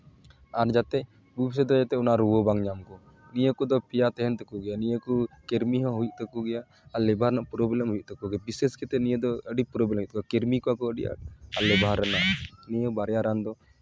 ᱟᱨ ᱡᱟᱛᱮ ᱵᱷᱚᱵᱤᱥᱚᱛ ᱨᱮ ᱡᱟᱛᱮ ᱚᱱᱟ ᱨᱩᱣᱟᱹ ᱵᱟᱝ ᱧᱟᱢᱚᱜ ᱱᱤᱭᱟᱹ ᱠᱚᱫᱚ ᱯᱮᱭᱟ ᱛᱟᱦᱮᱱ ᱛᱟᱠᱚ ᱜᱮᱭᱟ ᱤᱭᱟᱹ ᱠᱚ ᱠᱨᱮᱢᱤ ᱦᱚᱸ ᱦᱩᱭᱩᱜ ᱛᱟᱠᱚ ᱜᱮᱭᱟ ᱟᱨ ᱞᱤᱵᱷᱟᱨ ᱨᱮᱱᱟᱜ ᱯᱨᱳᱵᱞᱮᱢ ᱦᱩᱭᱩᱜ ᱛᱟᱠᱚ ᱜᱮᱭᱟ ᱵᱤᱥᱮᱥ ᱠᱟᱛᱮᱜ ᱱᱤᱭᱟᱹ ᱫᱚ ᱟᱹᱰᱤ ᱯᱨᱚᱵᱞᱮᱢ ᱦᱩᱭᱩᱜ ᱛᱟᱠᱚᱣᱟ ᱠᱨᱮᱢᱤ ᱠᱚᱣᱟ ᱠᱚ ᱟᱹᱰᱤ ᱟᱸᱴ ᱟᱞᱮ ᱵᱟᱦᱨᱮ ᱨᱮᱱᱟᱜ ᱱᱤᱭᱟᱹ ᱵᱟᱨᱭᱟ ᱨᱟᱱ ᱫᱚ